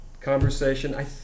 Conversation